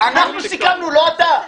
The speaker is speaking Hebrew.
אנחנו סיכמנו, לא אתה.